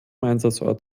einsatzort